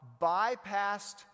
bypassed